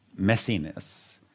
messiness